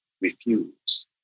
refuse